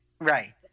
Right